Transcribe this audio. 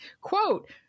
quote